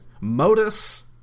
Modus